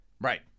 Right